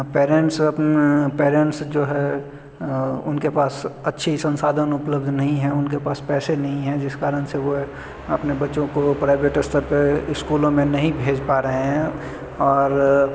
parents अपने parents जो है उनके पास अच्छे संसाधन उपलब्ध नहीं है उनके पास पैसे नहीं है जिस कारण से वह अपने बच्चों को प्राइवेट स्तर पर स्कूलों में नहीं भेज पा रहे हैं और